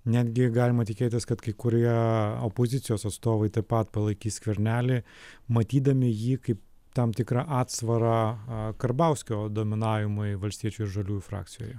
netgi galima tikėtis kad kai kurie opozicijos atstovai taip pat palaikys skvernelį matydami jį kaip tam tikrą atsvarą karbauskio dominavimui valstiečių ir žaliųjų frakcijoje